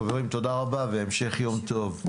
חברים, תודה רבה והמשך יום טוב.